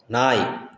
நாய்